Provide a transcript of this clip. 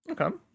Okay